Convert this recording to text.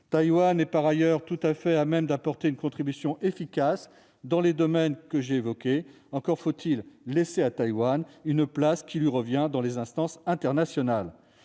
Taïwan est tout à fait à même d'apporter une contribution efficace dans les domaines que j'ai évoqués. Encore faut-il laisser ce pays occuper la place qui lui revient dans les instances internationales.